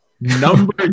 number